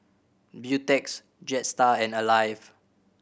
Beautex Jetstar and Alive